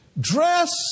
dress